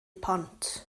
pont